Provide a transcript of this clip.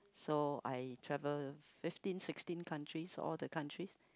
so I traveled fifteen sixteen countries all the countries